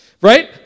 Right